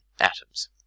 atoms